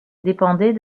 dépendaient